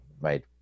right